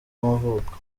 y’amavuko